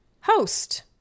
host